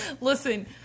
Listen